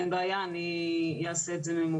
אין בעיה, אני אעשה את זה ממוקד.